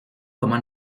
comment